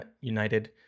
united